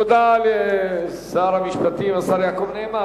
תודה לשר המשפטים, השר יעקב נאמן.